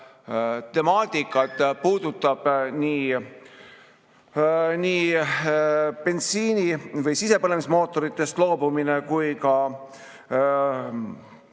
temaatikat puudutab nii sisepõlemismootoritest loobumine kui ka